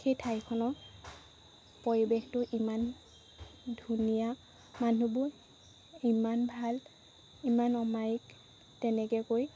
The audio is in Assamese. সেই ঠাইখনৰ পৰিৱেশটো ইমান ধুনীয়া মানুহবোৰ ইমান ভাল ইমান অমায়িক তেনেকৈ কৈ